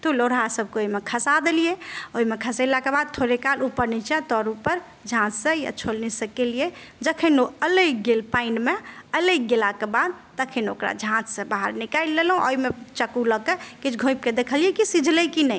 तऽ लोढ़हा सबके ओइमे खसा देलियै ओइमे खसेलाके बाद थोड़े काल उपर नीचा तऽर उपर झाँझसँ या छोलनी सँ कयलियै जखन ओ अलगि गेल पानिमे अलगि गेलाके बाद तखन ओकरा झाँझसँ बाहर निकालि लेलहुँ ओइमे चक्कू लऽके किछु घोपिके देखलियै कि सीझलइ कि नहि